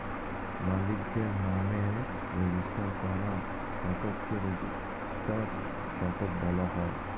মালিকের নামে রেজিস্টার করা স্টককে রেজিস্টার্ড স্টক বলা হয়